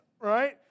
right